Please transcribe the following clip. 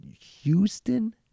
Houston